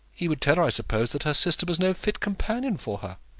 he would tell her, i suppose, that her sister was no fit companion for her.